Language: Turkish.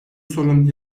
sorun